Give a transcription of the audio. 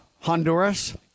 Honduras